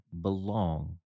belong